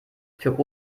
für